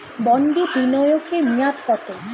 বন্ডে বিনিয়োগ এর মেয়াদ কত?